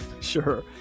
Sure